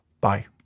Bye